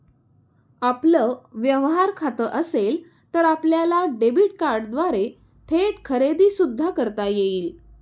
आपलं व्यवहार खातं असेल तर आपल्याला डेबिट कार्डद्वारे थेट खरेदी सुद्धा करता येईल